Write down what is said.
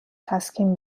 تسکین